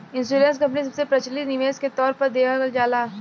insurance company सबसे प्रचलित निवेश के तौर पर देखल जाला